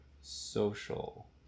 social